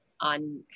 on